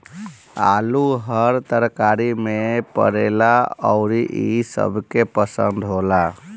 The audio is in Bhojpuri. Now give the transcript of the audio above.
आलू हर तरकारी में पड़ेला अउरी इ सबके पसंद होला